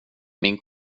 min